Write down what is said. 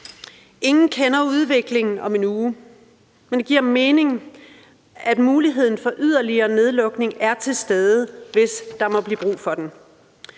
Ingen kender udviklingen og situationen om en uge, men det giver mening, at muligheden for yderligere nedlukning er til stede, hvis der måtte blive brug for den.